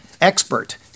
expert